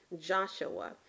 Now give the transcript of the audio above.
Joshua